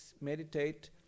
meditate